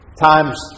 Times